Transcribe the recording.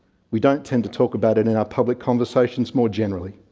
we don't tend to talk about it in our public conversations more generally.